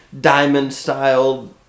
diamond-style